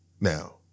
Now